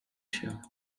się